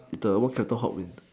is the walk capital hope in